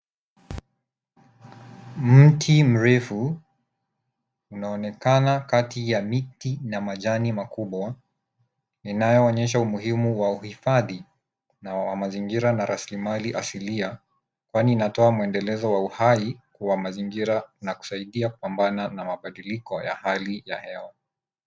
Mti mrefu unaonekana kati ya miti na majani makubwa inayoonyesha umuhimu wa uhifadhi na wa mazingira na raslimali asilia. Kwani inatoa maendelezo ya uhai wa mazingira na kusaidia kupambana na mabadiliko ya hali ya hewa.